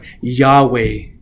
Yahweh